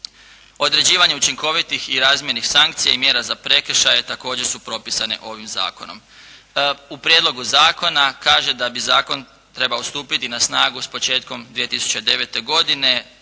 Određivanje učinkovitih i razmjernih sankcija i mjera za prekršaje također su propisane ovim zakonom. U prijedlogu zakona kaže da bi zakon trebao stupiti na snagu s početkom 2009. godine,